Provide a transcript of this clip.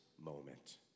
moment